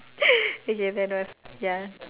okay that was ya